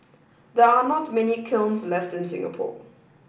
there are not many kilns left in Singapore